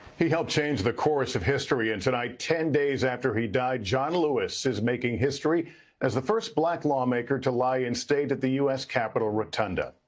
he helped change the course of history. and tonight ten days after he died, john lewis is making history as the first black lawmaker to lie in state at the u s. capital rotunda.